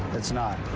it's not.